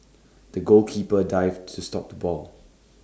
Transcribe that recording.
the goalkeeper dived to stop the ball